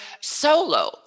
solo